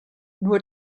nur